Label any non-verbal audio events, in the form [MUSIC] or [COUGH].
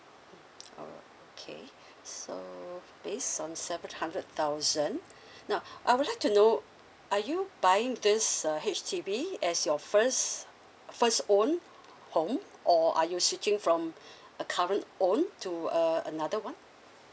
alright okay [BREATH] so based on seven hundred thousand [BREATH] now I would like to know are you buying this uh H_D_B as your first first own home or are you switching from [BREATH] a current own to uh another one